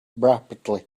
rapidly